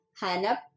hanap